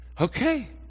Okay